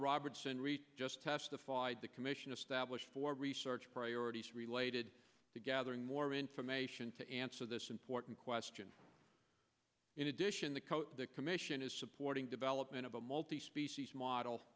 robertson read just testified the commission established for research priorities related to gathering more information to answer this important question in addition the commission is supporting development of a multi species model